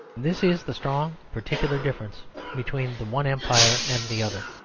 this is the strong particular difference between the one empire and the other.